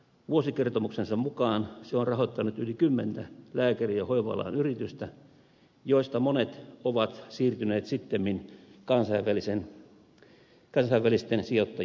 vuosikertomuksensa mukaan se on rahoittanut yli kymmentä lääkäri ja hoiva alan yritystä joista monet ovat siirtyneet sittemmin kansainvälisten sijoittajien käsiin